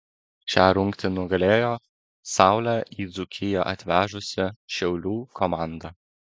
šią rungtį nugalėjo saulę į dzūkiją atvežusi šiaulių komanda